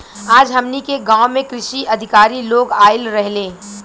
आज हमनी के गाँव में कृषि अधिकारी लोग आइल रहले